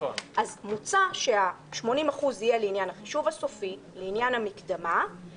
מוצע שה-80% יהיה לעניין החישוב הסופי; לעניין המקדמה;